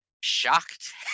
shocked